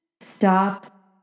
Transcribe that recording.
stop